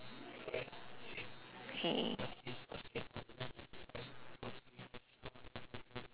okay